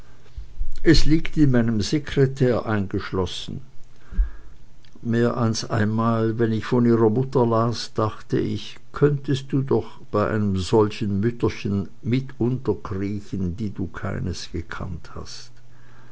es liegt in meinem sekretär eingeschlossen mehr als einmal wenn ich von ihrer mutter las dachte ich könntest du doch bei einem solchen mütterchen mit unterkriechen die du keines gekannt hast